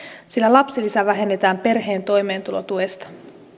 sillä lapsilisä vähennetään perheen toimeentulotuesta